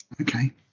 Okay